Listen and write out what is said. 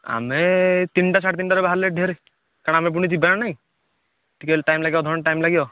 ଆମେ ଏ ତିନିଟା ସାଢେ ତିନିଟାରେ ବାହାରିଲେ ଢେରେ କାରଣ ଆମେ ପୁଣି ଯିବା ନା ନାଇଁ ଟିକିଏ ଟାଇମ୍ ଲାଗିବ ଅଧଘଣ୍ଟା ଟାଇମ୍ ଲାଗିବ